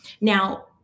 now